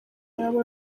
yaba